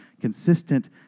consistent